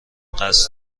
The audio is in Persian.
قصد